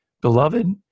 Beloved